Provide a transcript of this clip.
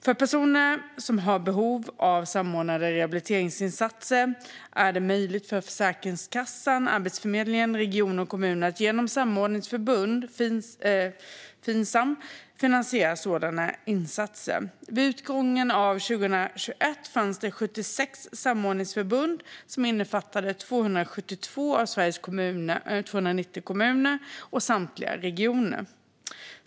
För personer som har behov av samordnade rehabiliteringsinsatser är det möjligt för Försäkringskassan, Arbetsförmedlingen, regioner och kommuner att genom samordningsförbund, Finsam, finansiera sådana insatser. Vid utgången av 2021 fanns det 76 samordningsförbund som innefattade 272 av Sveriges 290 kommuner och samtliga regioner.